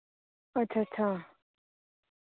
अच्छा अच्छा